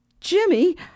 Jimmy